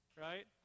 right